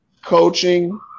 coaching